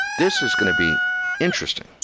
this is going to be interesting.